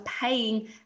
paying